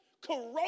corrosive